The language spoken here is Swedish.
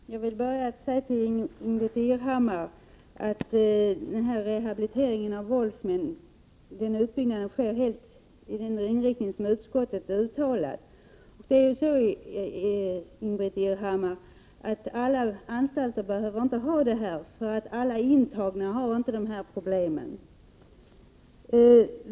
Herr talman! Jag vill börja med att säga till Ingbritt Irhammar att utbyggnaden av rehabilitering av våldsmän sker enligt den inriktning som utskottet uttalat. Men alla anstalter behöver inte ha detta, för alla intagna har inte sådana problem.